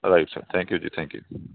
right sir thank you ji thank you